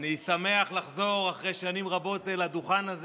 אני שמח לחזור אחרי שנים רבות לדוכן הזה.